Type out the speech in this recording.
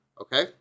Okay